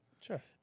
Sure